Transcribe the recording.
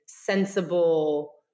sensible